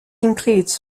includes